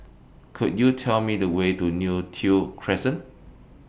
Could YOU Tell Me The Way to Neo Tiew Crescent